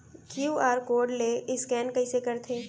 QR code ले scan कइसे करथे?